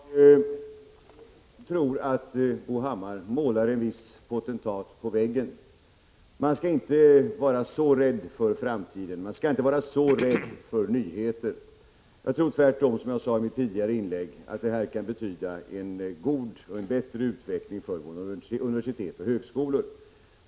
Herr talman! Jag tror att Bo Hammar målar en viss potentat på väggen. Man skall inte vara så rädd för framtiden, inte så rädd för nyheter. Jag tror tvärtom, som jag sade i mitt tidigare inlägg, att det här kan betyda en god och bättre utveckling för våra universitet och högskolor.